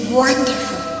wonderful